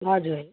हजुर